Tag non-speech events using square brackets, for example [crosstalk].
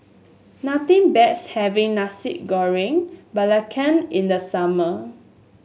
nothing [unintelligible] having Nasi Goreng Belacan in the summer